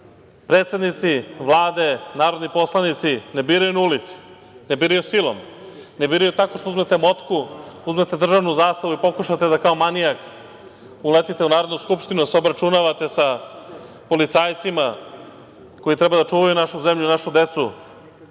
predsednici Vlade, narodni poslanici ne biraju na ulici, ne biraju silom, ne biraju tako što uzmete motku, uzmete državnu zastavu i pokušate da kao manijak uletite u Narodnu skupštinu da se obračunavate sa policajcima koji treba da čuvaju našu zemlju i našu decu.